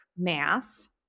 Mass